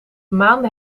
maande